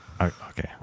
Okay